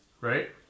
Right